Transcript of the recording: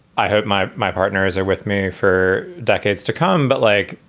i hope my my partner is there with me for decades to come. but like,